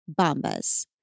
Bombas